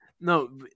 No